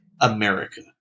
America